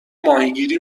ماهیگیری